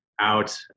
out